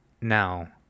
now